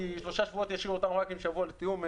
כי שלושה שבועות ישאירו אותנו רק עם שבוע לתיאום.